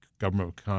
government